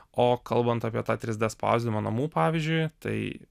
o kalbant apie tą trys d spausdinimą namų pavyzdžiui tai